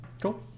Cool